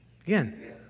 Again